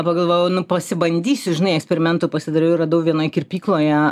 pagalvojau nu pasibandysiu žinai eksperimentų pasidariau ir radau vienoj kirpykloje